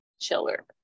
chiller